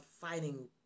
fighting